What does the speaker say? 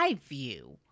view